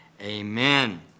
Amen